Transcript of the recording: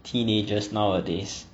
teenagers nowadays